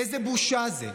איזו בושה זה שאנחנו,